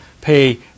pay